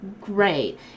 great